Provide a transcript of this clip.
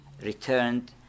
returned